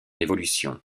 évolution